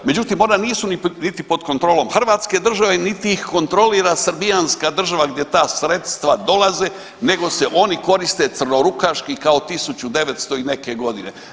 Međutim, ona nisu niti pod kontrolom Hrvatske države niti ih kontrolira srbijanska država gdje ta sredstva dolaze, nego se oni koriste crnorukaški kao 1900 i neke godine.